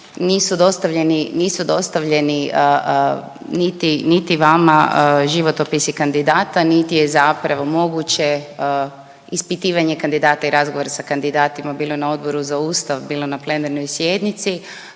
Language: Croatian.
nisu dostavljeni niti, niti vama životopisi kandidata, niti je zapravo moguće ispitivanje kandidata i razgovor sa kandidatima bilo na Odboru za Ustav, bilo na plenarnoj sjednici,